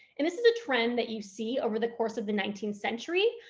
and this is a trend that you see over the course of the nineteenth century,